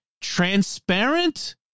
transparent